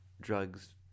drugs